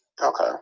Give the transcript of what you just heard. Okay